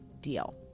deal